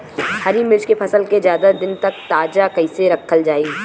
हरि मिर्च के फसल के ज्यादा दिन तक ताजा कइसे रखल जाई?